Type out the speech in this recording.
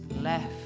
left